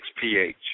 pH